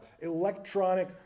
electronic